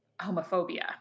homophobia